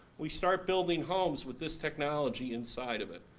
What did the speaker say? we start building homes with this technology inside of it.